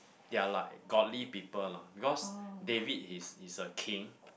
they're like godly people lah because David is is a king